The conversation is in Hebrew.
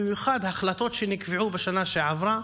במיוחד החלטות שנקבעו בשנה שעברה,